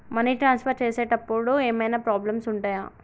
Money transfer చేసేటప్పుడు ఏమైనా problems ఉంటయా?